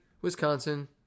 Wisconsin